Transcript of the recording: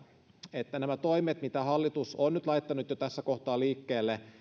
että nämä toimet mitä hallitus on nyt laittanut jo tässä kohtaa liikkeelle